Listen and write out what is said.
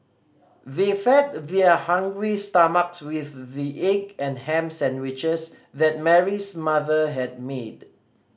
they fed their hungry stomachs with the egg and ham sandwiches that Mary's mother had made